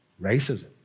racism